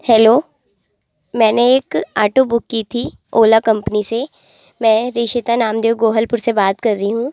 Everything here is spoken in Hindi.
हेलो मैंने एक आटो बुक की थी ओला कंपनी से मैं रिषिता नामदेव गोहलपुर से बात कर रही हूँ